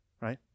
right